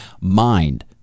mind